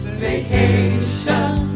vacation